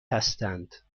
هستند